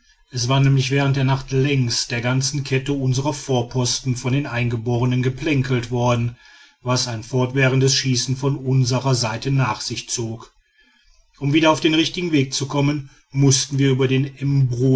es war nämlich während der nacht längs der ganzen kette unserer vorposten von den eingeborenen geplänkelt worden was ein fortwährendes schießen von unserer seite nach sich zog um wieder auf den richtigen weg zu kommen mußten wir über den